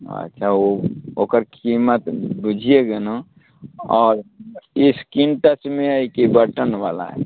अच्छा ओ ओकर कीमत बुझिये गेलहुँ आओर स्कीन टचमे अइ कि बटनवला